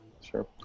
sure